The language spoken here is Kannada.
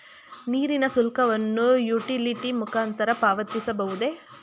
ನೀರಿನ ಶುಲ್ಕವನ್ನು ಯುಟಿಲಿಟಿ ಮುಖಾಂತರ ಪಾವತಿಸಬಹುದೇ?